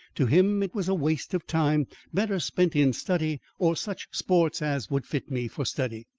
to him it was a waste of time better spent in study or such sports as would fit me for study.